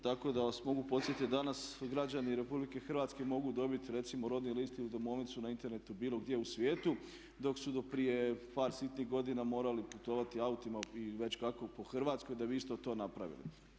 Tako da vas mogu podsjetiti danas građani Republike Hrvatske mogu dobiti recimo rodni list ili domovnicu na internetu bilo gdje u svijetu dok su do prije par sitnih godina morali putovati autima i već kako po Hrvatskoj da bi isto to napravili.